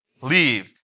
leave